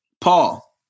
Paul